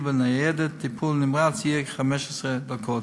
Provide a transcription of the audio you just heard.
וניידת טיפול נמרץ יהיה כ-15 דקות.